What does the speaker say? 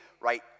right